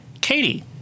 Katie